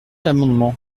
l’amendement